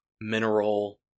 mineral